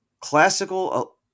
classical